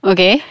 Okay